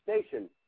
Station